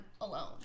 alone